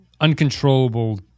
uncontrollable